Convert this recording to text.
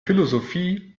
philosophie